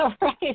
right